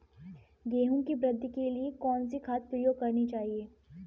गेहूँ की वृद्धि के लिए कौनसी खाद प्रयोग करनी चाहिए?